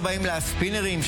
הישיבה הבאה תתקיים מחר,